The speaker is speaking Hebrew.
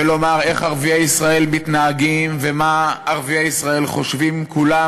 ולומר איך ערביי ישראל מתנהגים ומה ערביי ישראל חושבים כולם,